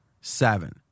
seven